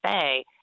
say